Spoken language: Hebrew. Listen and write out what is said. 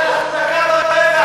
משהו חדש הגיע לפה.